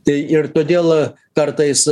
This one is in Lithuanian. tai ir todėl kartais